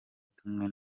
tumwe